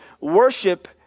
Worship